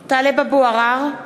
(קוראת בשמות חברי הכנסת) טלב אבו עראר,